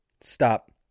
Stop